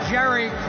Jerry